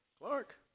Clark